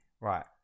right